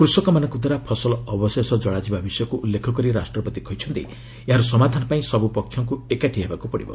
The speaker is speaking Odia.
କୃଷକମାନଙ୍କ ଦ୍ୱାରା ଫସଲ ଅବଶେଷ ଜଳାଯିବା ବିଷୟକୁ ଉଲ୍ଲେଖ କରି ରାଷ୍ଟ୍ରପତି କହିଛନ୍ତି ଏହାର ସମାଧାନ ପାଇଁ ସବୁ ପକ୍ଷଙ୍କୁ ଏକାଠି ହେବାକୁ ପଡ଼ିବ